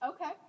Okay